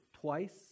twice